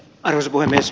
arvoisa puhemies